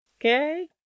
Okay